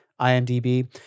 IMDb